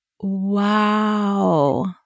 Wow